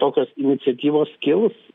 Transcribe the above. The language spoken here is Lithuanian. tokios iniciatyvos kils